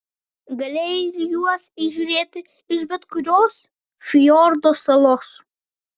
galėjai juos įžiūrėti iš bet kurios fjordo salos